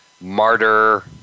martyr